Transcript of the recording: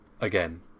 again